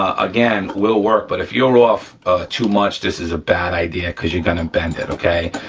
ah again will work, but if you're off too much, this is a bad idea cause you're gonna bend it, okay?